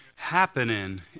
happening